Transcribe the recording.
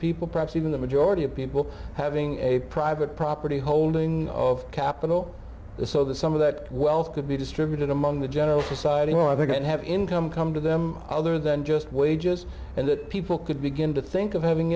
people perhaps even the majority of people having a private property holding of capital so that some of that wealth could be distributed among the general society or i think i'd have income come to them other than just wages and that people could begin to think of having